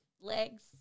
legs